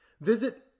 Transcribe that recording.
Visit